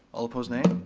all opposed, nay.